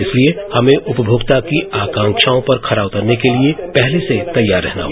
इसलिए हमें उपभोक्ता की आकांक्षाओं पर खरा उतरने के लिए पहले से तैयार रहना होगा